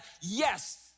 yes